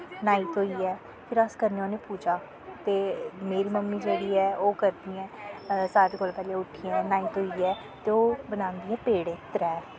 न्हाई धो्इयै फिर अस करने होन्ने पूजा ते मेरी मम्मी जेह्ड़ी ऐ ओह् करदी ऐ सारें कोला पैह्लें उट्ठियै न्हाई धोइयै ते ओहे बनांदियां पेड़े त्रै